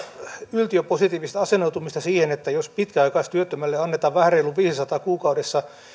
yltiöpositiivista asennoitumista siihen että jos pitkäaikaistyöttömälle annetaan vähän reilut viisisataa euroa kuukaudessa